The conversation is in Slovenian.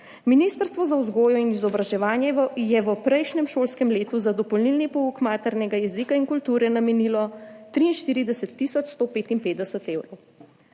Ministrstvo za vzgojo in izobraževanje je v prejšnjem šolskem letu za dopolnilni pouk maternega jezika in kulture namenilo 43 tisoč 155 evrov.